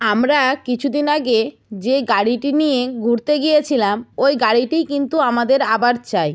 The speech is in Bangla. আমরা কিছু দিন আগে যে গাড়িটি নিয়ে ঘুরতে গিয়েছিলাম ওই গাড়িটিই কিন্তু আমাদের আবার চাই